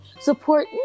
support